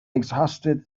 exhausted